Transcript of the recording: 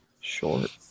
short